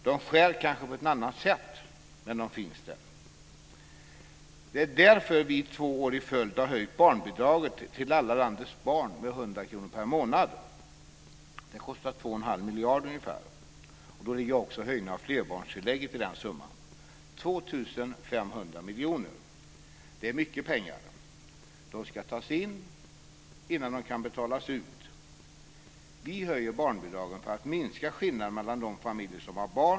De skär kanske på ett annat sätt, men de finns där. Det är därför vi två år i följd har höjt barnbidraget till alla landets barn med 100 kr per månad. Det kostar ungefär 2 1⁄2 miljarder. Det är mycket pengar.